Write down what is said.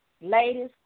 Ladies